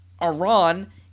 Iran